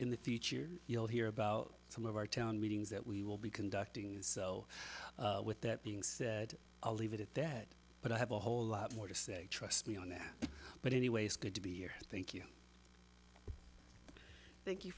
in the future you'll hear about some of our town meetings that we will be conducting and so with that being said i'll leave it at that but i have a whole lot more to say trust me on that but anyway it's good to be here thank you thank you